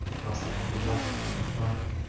lust, anger, blasphemy, and pride,